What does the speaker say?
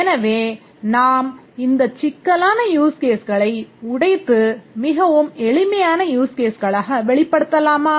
எனவே நாம் இந்த சிக்கலான யூஸ் கேஸ்களை உடைத்து மிகவும் எளிமையான யூஸ் கேஸ்களாக வெளிப்படுத்தலாமா